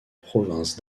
province